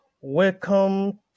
welcome